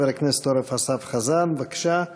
חבר הכנסת אורן אסף חזן, בבקשה.